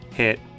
hit